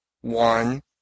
one